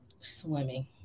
Swimming